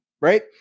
right